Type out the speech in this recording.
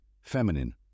feminine